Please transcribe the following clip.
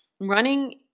running